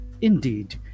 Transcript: Indeed